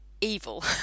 evil